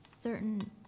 certain